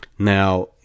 Now